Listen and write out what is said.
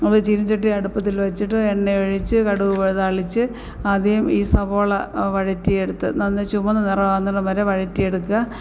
എന്ന് ചീനച്ചട്ടി അടുപ്പത്തിൽ വെച്ചിട്ട് എണ്ണ ഒഴിച്ച് കടുക് താളിച്ച് ആദ്യം ഈ സവോള വഴറ്റിയെടുത്ത് നല്ല ചുവന്ന നിറം ആവുന്നിടം വരെ വഴറ്റിയെടുക്കുക